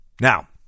Now